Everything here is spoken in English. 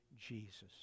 Jesus